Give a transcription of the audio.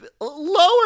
lower